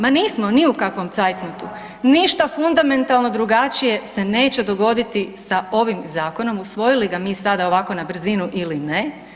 Ma nismo ni u kakvom zeitnotu, ništa fundamentalno drugačije se neće dogoditi sa ovim zakonom usvojili ga mi sada ovako na brzinu ili ne.